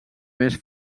més